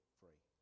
free